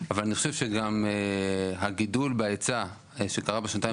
אבל אני חושב שגם הגידול בהיצע שקרה בשנתיים